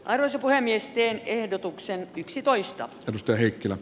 aira puhemiesten ehdotukseen yksitoista piste heikkilä